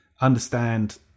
understand